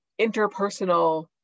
interpersonal